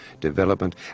development